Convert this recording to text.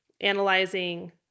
analyzing